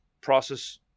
process